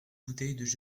bouteilles